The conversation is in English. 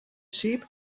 sheep